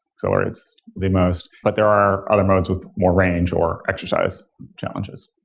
accelerates the most. but there are other modes with more range or exercise challenges.